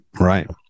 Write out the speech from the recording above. right